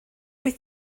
wyt